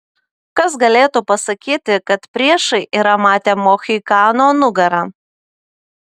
kas galėtų pasakyti kad priešai yra matę mohikano nugarą